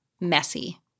messy